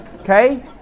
Okay